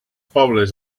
pobles